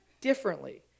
differently